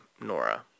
Nora